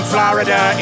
Florida